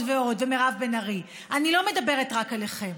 ועוד ועוד ומירב בן ארי, אני לא מדברת רק עליכם.